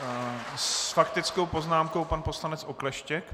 S faktickou poznámkou pan poslanec Okleštěk.